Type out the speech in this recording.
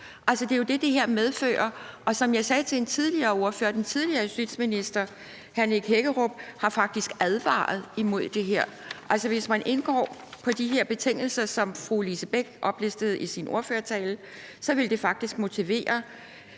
det er jo det, det her medfører. Som jeg sagde til en tidligere ordfører, har den tidligere justitsminister, hr. Nick Hækkerup, faktisk advaret imod det her. Altså, hvis man indgår på de her betingelser, som fru Lise Bech oplistede i sin ordførertale, så ville det faktisk motivere